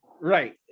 right